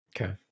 okay